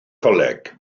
coleg